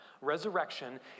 Resurrection